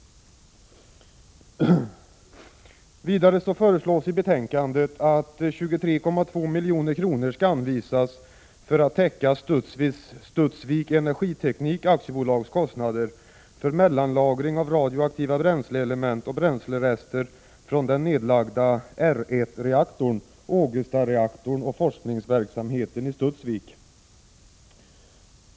Vidare föreslås i betänkandet att 23,2 milj.kr. skall anvisas för att täcka Studsvik Energiteknik AB:s kostnader för mellanlagring av radioaktiva bränsleelement och bränslerester från den nedlagda R 1-reaktorn, Ågestareaktorn och forskningsverksamheten i Studsvik.